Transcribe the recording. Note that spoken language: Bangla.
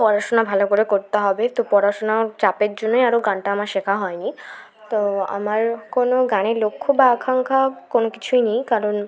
পড়াশোনা ভালো করে করতে হবে তো পড়াশোনার চাপের জন্যই আরও গানটা আমার শেখা হয়নি তো আমার কোনো গানের লক্ষ্য বা আকাঙ্ক্ষা কোনো কিছুই নেই কারণ